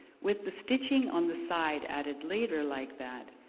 with the stitching on the side added later like that,